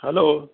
hello